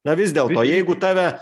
na vis dėlto jeigu tave